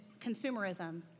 consumerism